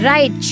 Right